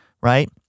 right